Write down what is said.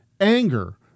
anger